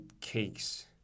cakes